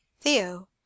Theo